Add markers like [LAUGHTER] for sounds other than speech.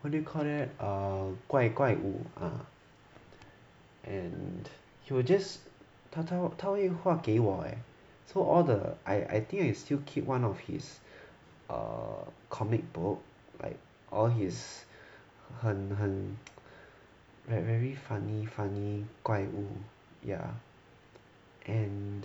what do you call that err 怪怪物 ah and he will just 他他他会画给我 eh so all the I I think I still keep one of his err comic book like all his 很很 [NOISE] like very funny funny 怪物 ya and